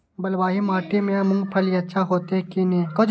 बलवाही माटी में मूंगफली अच्छा होते की ने?